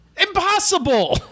Impossible